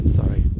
sorry